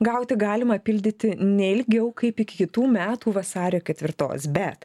gauti galima pildyti ne ilgiau kaip iki kitų metų vasario ketvirtos bet